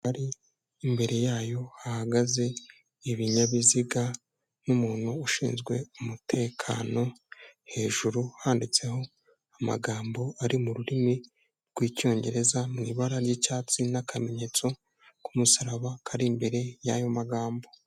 Imbere yayo hahagaze ibinyabiziga n'umuntu ushinzwe umutekano, hejuru handitseho amagambo ari mu rurimi rw'icyongereza, mu ibara ry'icyatsi n'akamenyetso k'umusaraba kari imbere yayo magambo.